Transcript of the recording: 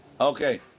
Okay